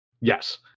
Yes